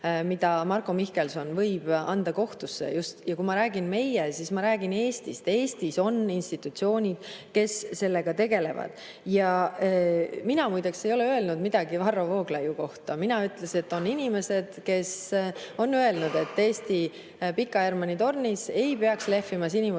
eest Marko Mihkelson võib anda kohtusse. Ja kui ma ütlen "meie", siis ma [pean silmas] Eestit. Eestis on institutsioonid, kes sellega tegelevad. Ja mina, muide, ei ole öelnud midagi Varro Vooglaiu kohta. Mina ütlesin, et on inimesed, kes on öelnud, et Eesti Pika Hermanni tornis ei peaks lehvima